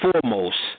foremost